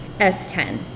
S10